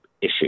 issue